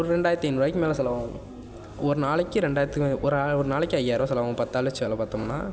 ஒரு ரெண்டாயரத்தி ஐநூறுரூவாய்க்கு மேலே செலவாகும் ஒரு நாளைக்கு ரெண்டாயிரத்தி ஒரு நாளைக்கு ஐயாயிரரூவா செலவாகும் பத்தாள் வச்சு வேலை பார்த்தோம்னா